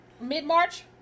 Mid-March